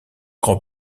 grand